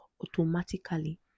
automatically